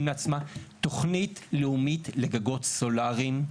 לעצמה תוכנית לאומית לגגות סולריים,